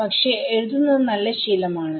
പക്ഷെ എഴുതുന്നത് നല്ല ശീലം ആണ്